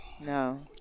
No